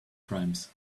crimes